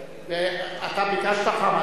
חמד, ביקשת?